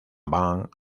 bank